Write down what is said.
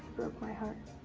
broke my heart.